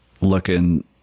looking